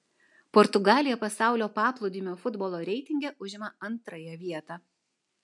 portugalija pasaulio paplūdimio futbolo reitinge užima antrąją vietą